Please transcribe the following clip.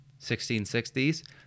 1660s